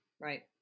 right